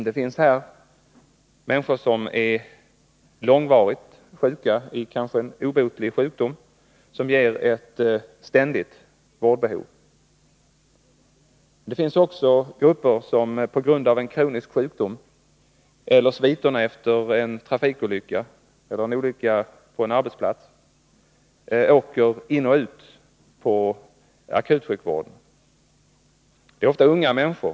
Det finns här människor som är långvarigt sjuka, kanske i en obotlig sjukdom som ger ett ständigt vårdbehov. Det finns också grupper som, på grund av kronisk sjukdom eller sviterna efter en trafikolycka eller en olycka på en arbetsplats, åker in och ut på akutsjukvården. Det är ofta unga människor.